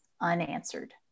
unanswered